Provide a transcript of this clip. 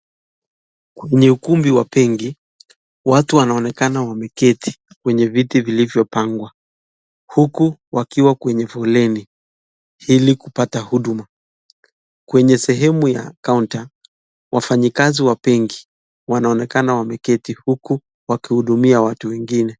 Kwenye ukumbi wa benki watu wanaonekana wameketi kwenye viti vilivyopangwa huku wakiwa kwenye foleni ili kupata huduma , kwenye sehemu ya (cs) counter (cs) , wafanyikazi wa benki wanaonekana wameketi huku wakihudumia watu wengine.